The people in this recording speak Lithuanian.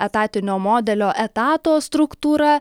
etatinio modelio etato struktūra